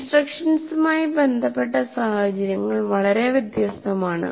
ഇൻസ്ട്രക്ഷൻസുമായി ബന്ധപ്പെട്ട സാഹചര്യങ്ങൾ വളരെ വ്യത്യസ്തമാണ്